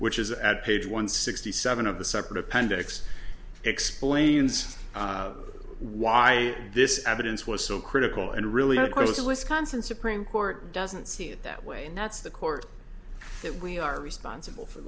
which is at page one sixty seven of the separate appendix explains why this evidence was so critical and really of course the wisconsin supreme court doesn't see it that way and that's the court that we are responsible for